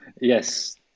Yes